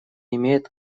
имеет